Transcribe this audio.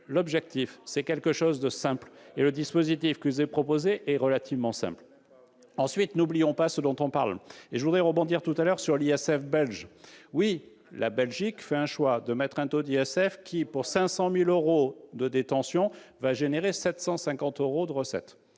l'objectif, c'est quelque chose de simple. Et le dispositif qui vous est proposé est relativement simple. N'oublions pas de quoi on parle ! Je voudrais rebondir sur l'ISF belge. Oui, la Belgique fait le choix d'instituer un taux d'ISF qui, pour 500 000 euros de détention, va engendrer 750 euros de recettes.